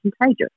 contagious